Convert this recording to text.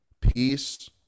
peace